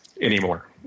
anymore